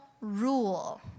rule